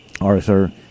Arthur